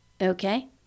okay